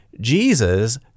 Jesus